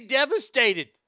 devastated